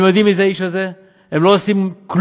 הם יודעים מי האיש הזה, הם לא עושים כלום.